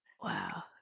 Wow